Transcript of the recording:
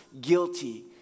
guilty